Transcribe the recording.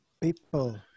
people